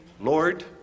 Lord